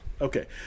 Okay